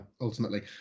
ultimately